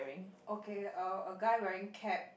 okay uh a guy wearing cap